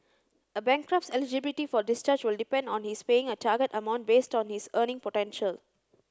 a bankrupt's eligibility for discharge will depend on his paying a target amount based on his earning potential